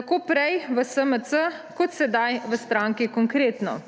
tako prej v SMC kot sedaj v stranki Konkretno.